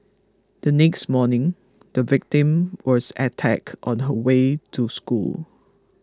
the next morning the victim was attacked on her way to school